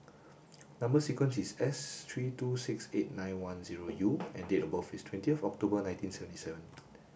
number sequence is S three two six eight nine one zero U and date of birth is twentieth October nineteen seventy seven